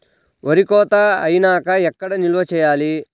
వరి కోత అయినాక ఎక్కడ నిల్వ చేయాలి?